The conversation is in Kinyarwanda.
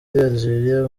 algeria